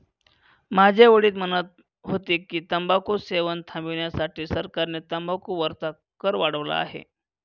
माझे वडील म्हणत होते की, तंबाखू सेवन थांबविण्यासाठी सरकारने तंबाखू वरचा कर वाढवला आहे